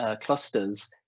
clusters